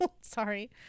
Sorry